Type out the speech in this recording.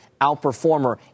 outperformer